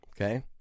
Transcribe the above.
Okay